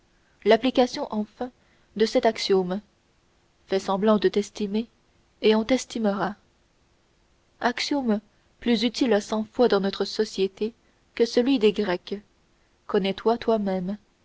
l'application enfin de cet axiome fais semblant de t'estimer et on t'estimera axiome plus utile cent fois dans notre société que celui des grecs connais toi toi-même